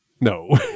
No